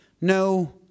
no